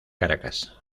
caracas